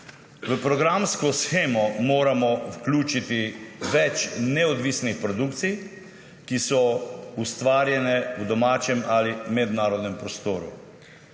V programsko shemo moramo vključiti več neodvisnih produkcij, ki so ustvarjene v domačem ali mednarodnem prostoru.